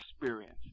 experience